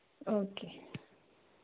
okay